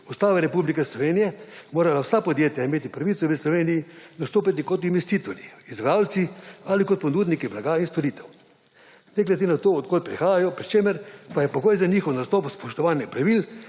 Ustave Republike Slovenije morala vsa podjetja imeti pravico v Sloveniji nastopiti kot investitorji, izvajalci ali kot ponudniki blaga in storitev, ne glede na to, od koder prihajajo, pri čemer pa je pogoj za njihov nastop spoštovanje pravil,